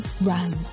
run